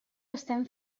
estem